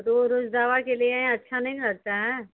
रोज रोज दवा के लिए आयें अच्छा नहीं ना लगता है